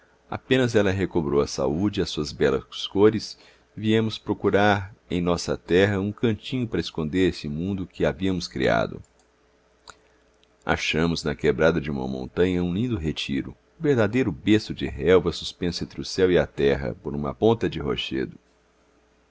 apenas ela recobrou a saúde e as suas belas cores viemos procurar em nossa terra um cantinho para esconder esse mundo que havíamos criado achamos na quebrada de uma montanha um lindo retiro um verdadeiro berço de relva suspenso entre o céu e a terra por uma ponta de rochedo